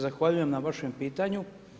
Zahvaljujem na vašem pitanju.